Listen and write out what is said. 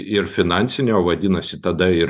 ir finansinė o vadinasi tada ir